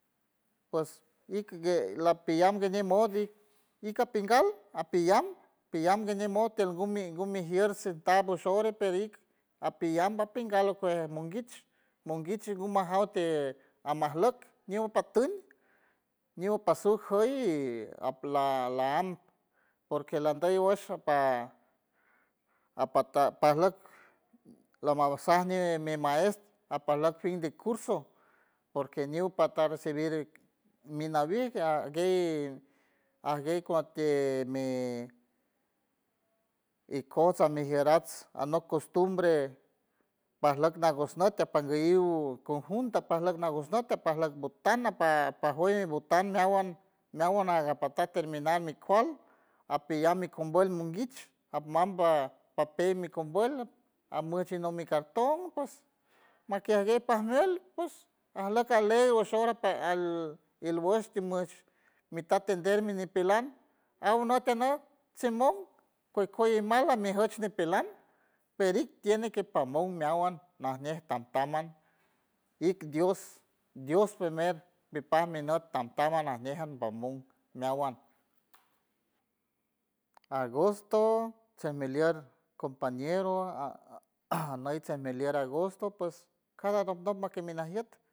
Ps ik gue lapillan nguiñe mod ika pingal apillam pillam ngañe mod tiel ngumi ngumi jier senta shor ore per ik apillam bapingal pues monguich, monguich nguma jaw ti ajmajluck ñu patuñ ñu pasuj juy la lam porque landoy wush apa apata pajluck lamansa mi maes apajlack fin de curso porque ñiw pajta recibir mina wij ajguey ajguey cuante mi ikojts amijierajts anok costumbre pajlak nagush nüt tiet pangulliw conjunto pajlack nagush nüt pajlack botana pa pajuey botan meawan meawan naga pajta terminar mi kual apiyack mi combuelt monguich ajmamba papey mi combuelt amoch mi anop mi cartón ps makiaj gue pues ajleck pajmuelt pues ajleck alegre nguesh ora par al ilbuesh timiesh mi ta atender mi ñipelan aw not tenock simon kuej kuey imal mijoch ñipelan pedi tiene que pamon meawan najñe tamtamha ik dios, dios primer mi par mi nut tamtamha ajñe mamon meawan, agosto semelier compañero a- anei similier agosto ps cada anok nop mi kinajiet